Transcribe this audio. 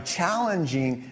challenging